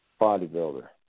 bodybuilder